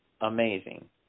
amazing